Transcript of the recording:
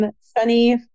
sunny